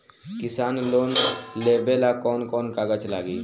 किसान लोन लेबे ला कौन कौन कागज लागि?